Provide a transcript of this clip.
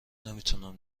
نمیتونم